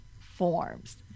forms